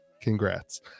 congrats